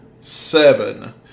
seven